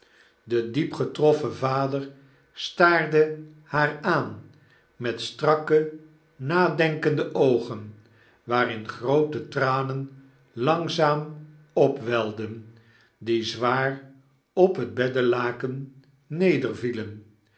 de diep getroffen vader staarde haar aan met strakke nadenkende oogen waarin groote tranen langzaam opwelden die zwaar op het beddelaken